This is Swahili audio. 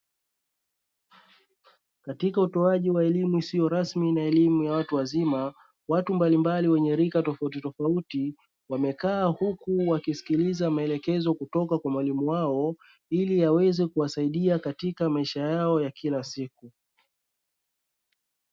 Katika utoaji wa elimu isiyo rasmi na elimu ya watu wazima, watu mbalimbali wenye rika tofautitofauti; wamekaa huku wakisikiliza maelekezo kutoka kwa mwalimu wao ili yaweze kuwasadia katika maisha yao ya kila siku.